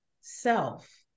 self